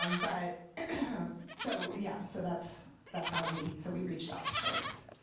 um but so yeah, so that's that's how we so we reached out to folks.